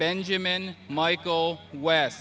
benjamin michael west